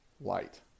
light